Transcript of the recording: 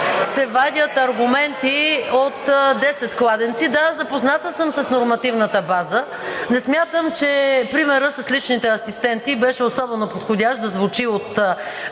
се вадят аргументи от 10 кладенци. Да, запозната съм с нормативната база. Не смятам, че примерът с личните асистенти беше особено подходящ да звучи от